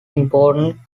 important